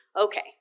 okay